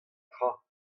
tra